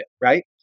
right